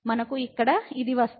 మనకు ఇక్కడ ఇది వస్తుంది